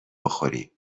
بخوریم